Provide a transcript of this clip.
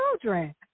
children